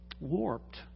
warped